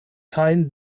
kein